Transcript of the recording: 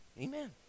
Amen